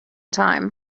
time